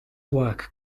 work